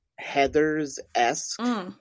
heathers-esque